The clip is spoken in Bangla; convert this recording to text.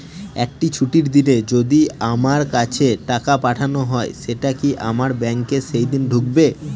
একটি ছুটির দিনে যদি আমার কাছে টাকা পাঠানো হয় সেটা কি আমার ব্যাংকে সেইদিন ঢুকবে?